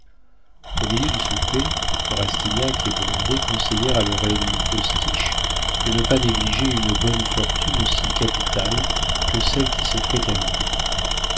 au milieu du souper rastignac et blondet conseillèrent à leur ennemi postiche de ne pas négliger une bonne fortune aussi capitale que celle qui s'offrait à lui